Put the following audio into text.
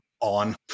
on